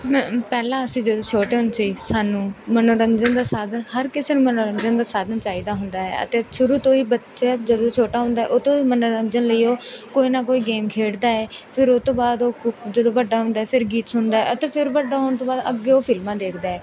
ਮੈਂ ਪਹਿਲਾਂ ਅਸੀਂ ਜਦੋਂ ਛੋਟੇ ਹੁੰਦੇ ਸੀ ਸਾਨੂੰ ਮਨੋਰੰਜਨ ਦਾ ਸਾਧਨ ਹਰ ਕਿਸੇ ਨੂੰ ਮਨੋਰੰਜਨ ਦਾ ਸਾਧਨ ਚਾਹੀਦਾ ਹੁੰਦਾ ਹੈ ਅਤੇ ਸ਼ੁਰੂ ਤੋਂ ਹੀ ਬੱਚਾ ਜਦੋਂ ਛੋਟਾ ਹੁੰਦਾ ਉਹ ਤੋਂ ਮਨੋਰੰਜਨ ਲਈ ਉਹ ਕੋਈ ਨਾ ਕੋਈ ਗੇਮ ਖੇਡਦਾ ਹੈ ਫਿਰ ਉਹ ਤੋਂ ਬਾਅਦ ਉਹ ਕੁ ਜਦੋਂ ਵੱਡਾ ਹੁੰਦਾ ਹੈ ਫਿਰ ਗੀਤ ਸੁਣਦਾ ਅਤੇ ਫਿਰ ਵੱਡਾ ਹੋਣ ਤੋਂ ਬਾਅਦ ਅੱਗੇ ਉਹ ਫਿਲਮਾਂ ਦੇਖਦਾ ਹੈ